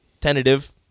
tentative